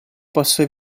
passò